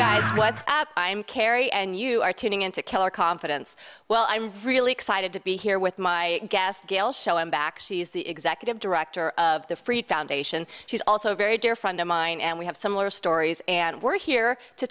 guys but i'm carrie and you are tuning in to keller confidence well i'm really excited to be here with my guest gail show and back she's the executive director of the free foundation she's also a very dear friend of mine and we have similar stories and we're here to